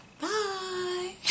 Bye